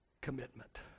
commitment